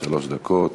שלוש דקות.